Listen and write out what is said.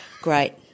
Great